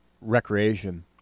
recreation